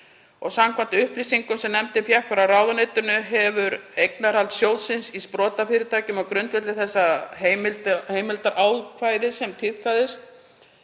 Samkvæmt upplýsingum sem nefndin fékk frá ráðuneytinu hefur eignarhald sjóðsins í sprotafyrirtækjum á grundvelli þessa heimildarákvæðis ekki